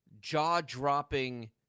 jaw-dropping